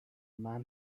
man